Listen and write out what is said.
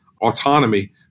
autonomy